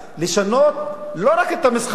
לשנות לא רק את המשחק,